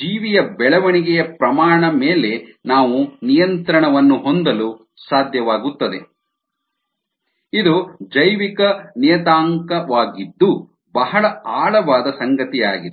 ಜೀವಿಯ ಬೆಳವಣಿಗೆಯ ಪ್ರಮಾಣ ಮೇಲೆ ನಾವು ನಿಯಂತ್ರಣವನ್ನು ಹೊಂದಲು ಸಾಧ್ಯವಾಗುತ್ತದೆ ಇದು ಜೈವಿಕ ನಿಯತಾಂಕವಾಗಿದ್ದು ಬಹಳ ಆಳವಾದ ಸಂಗತಿಯಾಗಿದೆ